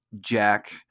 Jack